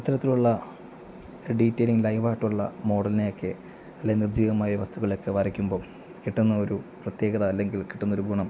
ഇത്തരത്തിലുള്ള ഒരു detailing live ആയിട്ടുള്ള മോഡലിനെ ഒക്കെ അല്ലെങ്കിൽ നിർജ്ജീവമായ വസ്തുക്കളെ ഒക്കെ വരയ്ക്കുമ്പം കിട്ടുന്ന ഒരു പ്രത്യേകത അല്ലെങ്കിൽ കിട്ടുന്നൊരു ഗുണം